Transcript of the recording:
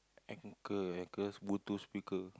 ankle ankle bluetooth speaker